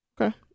okay